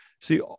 See